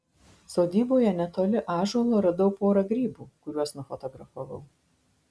sodyboje netoli ąžuolo radau porą grybų kuriuos nufotografavau